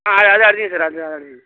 ஆ அது அது அடிக்குது சார் அது அடிக்குது